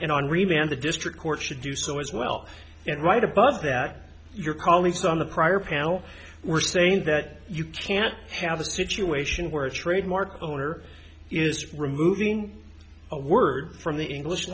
and the district court should do so as well and right above that your colleagues on the prior panel were saying that you can't have a situation where a trademark owner is removing a word from the english